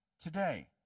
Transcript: today